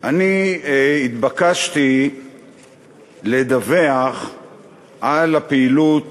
אני התבקשתי לדווח על הפעילות